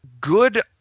good